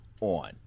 on